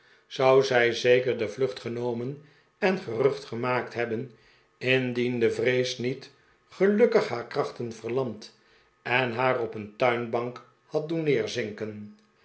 zou zij zeker de vlucht genomen en gerucht ge maakt hebben indien de vrees niet gelukkig haar krachten verlamd en haar op een tuinbank had doen